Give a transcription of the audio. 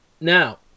Now